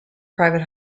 private